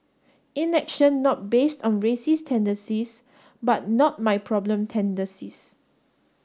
inaction not based on racist tendencies but not my problem tendencies